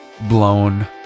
blown